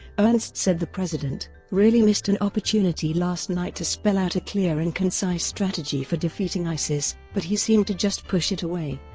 ernst said the president really missed an opportunity last night to spell out a clear and concise strategy for defeating isis, but he seemed to just push it away